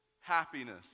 happiness